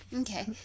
okay